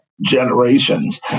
generations